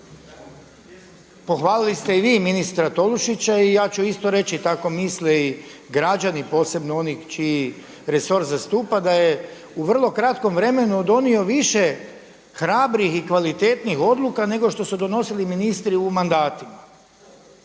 Pohvalili ste i vi ministra Tolušića i ja ću isto reći tako misle i građani, posebno oni čiji resor zastupa da je u vrlo kratkom vremenu donio više hrabrih i kvalitetnih odluka nego što su donosili ministri u mandatima